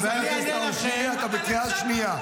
חבר הכנסת, אתה בקריאה שנייה.